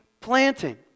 planting